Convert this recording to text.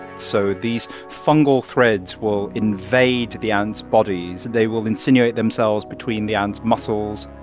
so these fungal threads will invade the ants' bodies. they will insinuate themselves between the ants' muscles.